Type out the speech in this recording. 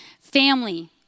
family